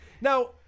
Now